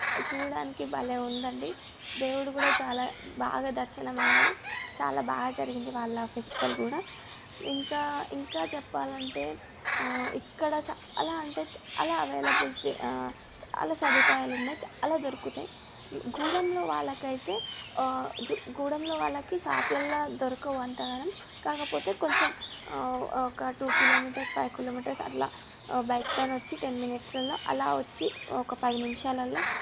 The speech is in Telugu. చూడటానికి భలే ఉందండి దేవుడు కూడా చాలా బాగా దర్శనమయ్యాడు చాలా బాగా జరిగింది వాళ్ళ ఫెస్టివల్ కూడా ఇంకా ఇంకా చెప్పాలంటే ఇక్కడ చాలా అంటే చాలా అవైలబుల్ చాలా సదుపాయాలు ఉన్నాయి చాలా దొరుకుతాయి గూడెంలో వాళ్ళకి అయితే గూడెంలో వాళ్ళకి షాప్లలో దొరకవు అంతగనం కాకపోతే కొంచెం ఒక టు కిలోమీటర్స్ ఫైవ్ కిలోమీటర్స్ అట్లా బైక్ పైన వచ్చి టెన్ మినిట్స్ అలా వచ్చి ఒక పది నిమిషాలలో